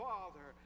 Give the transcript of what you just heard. Father